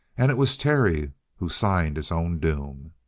and it was terry who signed his own doom.